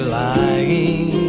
lying